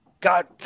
God